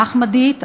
האחמדית,